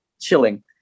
chilling